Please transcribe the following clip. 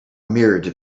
mirrored